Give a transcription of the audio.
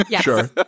Sure